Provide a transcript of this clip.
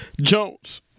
Jones